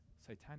satanic